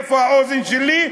איפה האוזן שלי?